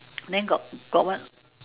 then got got one